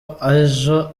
ejo